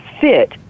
fit